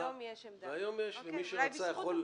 והיום יש ומי שרצה יכול --- אוקיי.